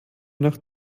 nach